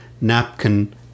napkin